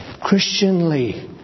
Christianly